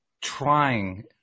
trying